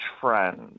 friends